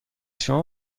شما